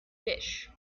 dish